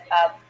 up